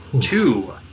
two